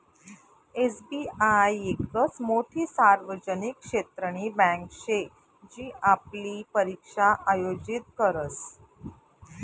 SBI येकच मोठी सार्वजनिक क्षेत्रनी बँके शे जी आपली परीक्षा आयोजित करस